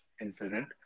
incident